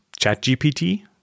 ChatGPT